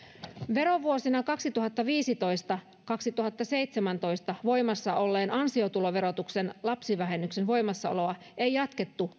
verovuosina kaksituhattaviisitoista viiva kaksituhattaseitsemäntoista voimassa olleen ansiotuloverotuksen lapsivähennyksen voimassaoloa ei jatkettu